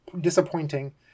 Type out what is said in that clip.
Disappointing